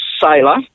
sailor